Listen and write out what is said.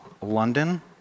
London